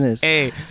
Hey